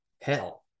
hell